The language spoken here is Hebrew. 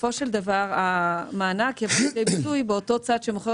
בסופו של דבר המענק יביא את זה לידי ביטוי באותו צד שמוכר